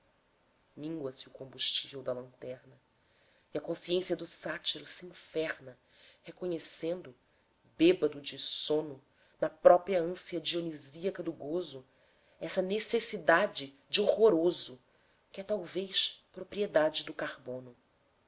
camisa míngua se o combustível da lanterna e a consciência do sátiro se inferna reconhecendo bêbedo de sono na própria ânsia dionísica do gozo essa necessidade de horroroso que é talvez propriedade do carbono